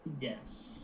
Yes